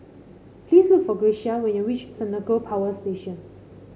please look for Grecia when you reach Senoko Power Station